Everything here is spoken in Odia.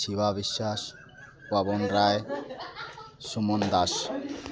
ଶିବା ବିଶ୍ୱାସ ପବନ ରାୟ ସୁମନ ଦାସ